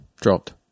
dropped